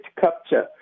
capture